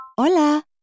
Hola